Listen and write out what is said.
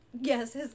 Yes